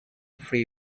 free